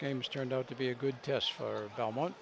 games turned out to be a good test for belmont